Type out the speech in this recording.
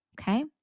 okay